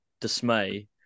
dismay